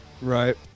Right